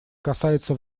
касается